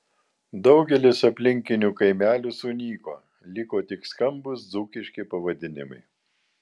daugelis aplinkinių kaimelių sunyko liko tik skambūs dzūkiški pavadinimai